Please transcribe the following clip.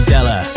Della